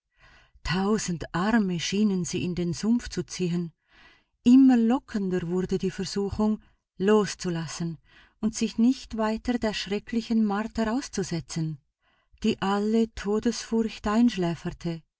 tausend arme schienen sie in den sumpf zu ziehen immer lockender wurde die versuchung loszulassen und sich nicht weiter der schrecklichen marter auszusetzen die alle todesfurcht einschläferte